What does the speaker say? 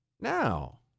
Now